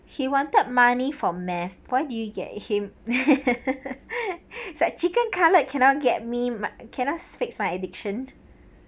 he wanted money for meth why did you get him it's like chicken cutlet cannot get me cannot fix my addiction